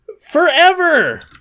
Forever